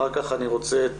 אחר כך אני רוצה לשמוע את